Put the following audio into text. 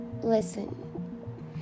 listen